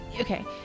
Okay